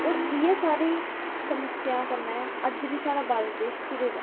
होर इयै साढ़ी समस्या कन्नै अज्ज बी साढ़ा भारत देश घिरै दा ऐ